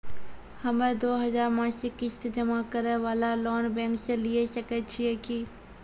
हम्मय दो हजार मासिक किस्त जमा करे वाला लोन बैंक से लिये सकय छियै की?